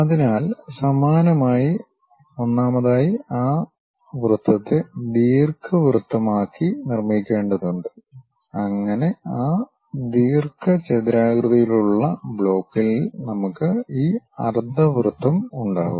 അതിനാൽ സമാനമായി ഒന്നാമതായി ആ വൃത്തത്തെ ദീർഘവൃത്തമാക്കി നിർമ്മിക്കേണ്ടതുണ്ട് അങ്ങനെ ആ ദീർഘചതുരാകൃതിയിലുള്ള ബ്ലോക്കിൽ നമുക്ക് ഈ അർദ്ധവൃത്തം ഉണ്ടാകും